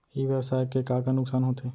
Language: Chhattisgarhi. ई व्यवसाय के का का नुक़सान होथे?